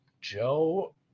Joe